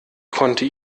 konnte